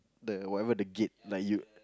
the whatever the gate that you